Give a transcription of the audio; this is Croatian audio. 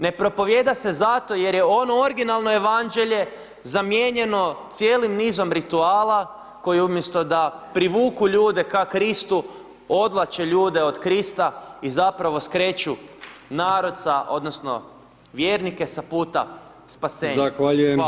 Ne propovijeda se zato jer je ono originalno Evanđelje zamijenjeno cijelim nizom rituala koji umjesto da privuku ljude ka Kristu, odvlače ljude od Krista i zapravo skreću narod sa odnosno vjernike sa puta spasenja [[Upadica: Zahvaljujem…]] Hvala vam.